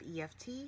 EFT